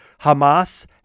Hamas